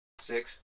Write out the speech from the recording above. six